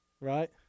Right